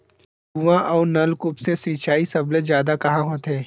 कुआं अउ नलकूप से सिंचाई सबले जादा कहां होथे?